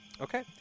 Okay